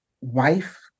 wife